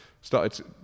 started